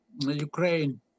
Ukraine